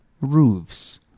Roofs